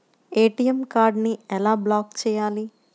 ATM కార్డుని ఎలా block చేయాలి?